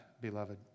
beloved